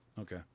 Okay